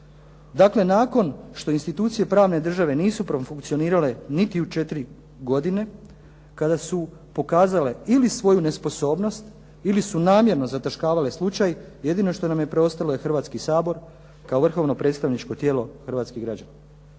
Dakle, nakon što institucije pravne države nisu profunkcionirale niti u četiri godine kada su pokazale ili svoju nesposobnost ili su namjerno zataškavale slučaj, jedino što nam je preostalo je Hrvatski sabor kao vrhovno predstavničko tijelo hrvatskih građana.